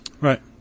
right